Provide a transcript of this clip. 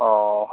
ꯑꯣ